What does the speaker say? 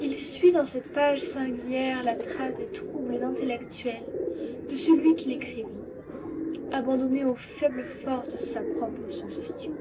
il suit dans cette page singulière la trace des troubles intellectuels de celui qui l'écrivit abandonné aux faibles forces de sa propres suggestion